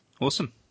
Awesome